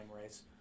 race